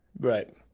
Right